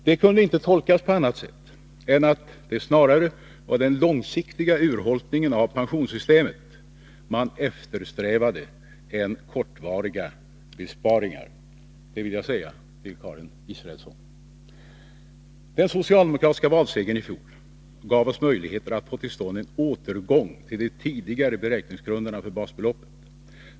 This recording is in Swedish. Det kunde inte tolkas på annat sätt än att det snarare var den långsiktiga urholkningen av pensionssystemet man eftersträvade än kortvariga besparingar — det vill jag säga till Karin Israelsson. Den socialdemokratiska valsegern i fjol gav oss möjlighet att få till stånd en återgång till de tidigare beräkningsgrunderna för basbeloppet.